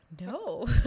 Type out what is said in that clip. no